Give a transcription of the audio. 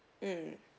mm